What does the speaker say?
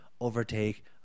overtake